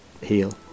heal